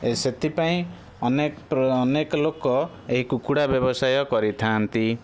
ଏ ସେଥିପାଇଁ ଅନେକ ଅନେକ ଲୋକ ଏହି କୁକୁଡ଼ା ବ୍ୟବସାୟ କରିଥାନ୍ତି